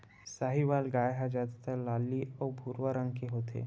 साहीवाल गाय ह जादातर लाली अउ भूरवा रंग के होथे